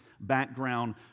background